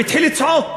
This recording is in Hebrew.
הוא התחיל לצעוק.